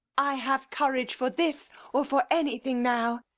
i have courage for this or for anything now!